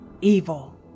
Evil